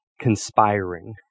conspiring